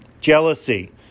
Jealousy